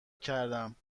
کردم